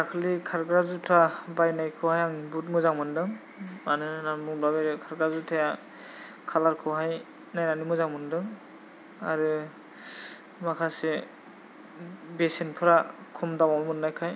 दाख्लै खारग्रा जुथा बायनायखौहाय आं बहुथ मोजां मोनदों मानो होन्ना बुंबा बे खारग्रा जुथाया खालारखौहाय नायनानै मोजां मोनदों आरो माखासे बेसेनफ्रा खम दामावनो मोन्नायखाय